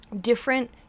different